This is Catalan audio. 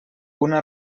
una